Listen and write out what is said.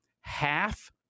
Half